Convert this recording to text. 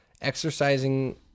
Exercising